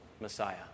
Messiah